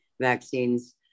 vaccines